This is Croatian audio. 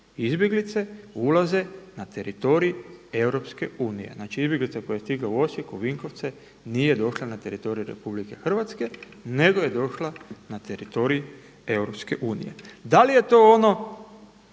Izbjeglice ulaze na teritorij EU, znači izbjeglica koja je stigla u Osijek, u Vinkovce nije došla na teritorij RH nego je došla na teritorij EU. Da li je to ono